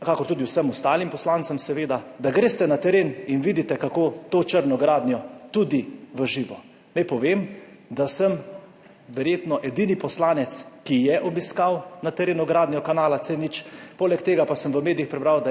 kakor tudi vsem ostalim poslancem seveda, da greste na teren in vidite kako to črno gradnjo tudi v živo. Naj povem, da sem verjetno edini poslanec, ki je obiskal na terenu gradnjo kanala C0, poleg tega pa sem v medijih prebral,